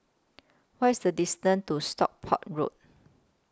What IS The distance to Stockport Road